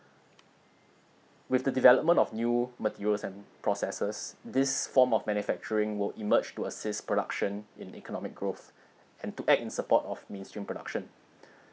with the development of new materials and processes this form of manufacturing will emerge to assist production in economic growth and to act in support of mainstream production